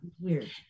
weird